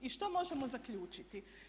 I što možemo zaključiti?